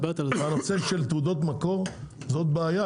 הנושא של תעודות מקור זאת בעיה,